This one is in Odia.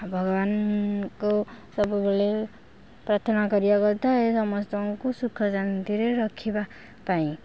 ଭଗବାନଙ୍କୁ ସବୁବେଳେ ପ୍ରାର୍ଥନା କରିବା କଥା ଏଇ ସମସ୍ତଙ୍କୁ ସୁଖ ଶାନ୍ତିରେ ରଖିବା ପାଇଁ